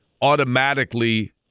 automatically